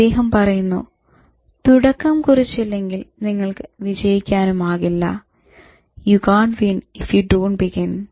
അദ്ദേഹം പറയുന്നു "തുടക്കം കുറിച്ചില്ലെങ്കിൽ നിങ്ങൾക്ക് വിജയിക്കാനുമാകില്ല"you can't win if you don't begin